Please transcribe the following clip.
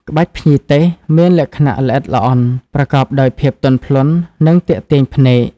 ក្បាច់ភ្ញីទេសមានលក្ខណៈល្អិតល្អន់ ប្រកបដោយភាពទន់ភ្លន់ និងទាក់ទាញភ្នែក។